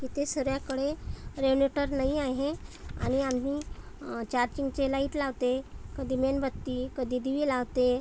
इथे सगळ्याकडे रेन्यूटर नाही आहे आणि आम्ही चार्जिंगचे लाइट लावते कधी मेणबत्ती कधी दिवे लावते